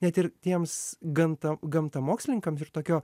net ir tiems gamta gamtamokslininkam ir tokio